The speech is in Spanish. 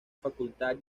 facultad